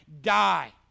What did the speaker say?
die